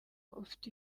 ufite